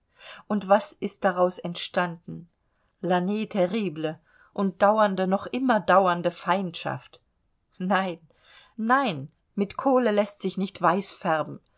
und was ist daraus entstanden l'anne terrible und dauernde noch immer dauernde feindschaft nein nein mit kohle läßt sich nicht weiß färben